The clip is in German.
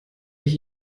ich